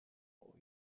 ohio